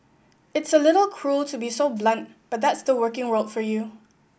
it's a little cruel to be so blunt but that's the working world for you